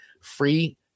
free